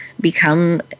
become